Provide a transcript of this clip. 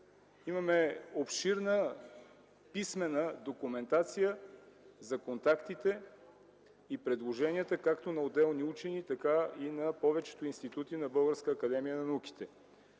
имаме обширна писмена документация за контактите и предложенията както на отделни учени, така и на повечето институти на Българската академия на науките.